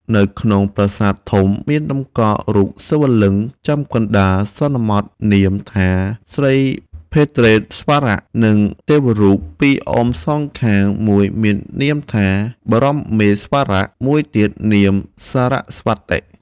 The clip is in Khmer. នៅក្នុងប្រាសាទធំ មានតម្កល់រូបសិវលិង្គចំកណ្តាល សន្មតនាមថា ស្រីភទ្រេស្វរៈ និងទេវរូបពីរអមសងខាង មួយមាននាមថា បរមេស្វរៈ មួយទៀតនាម សរស្វតិ ។